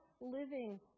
living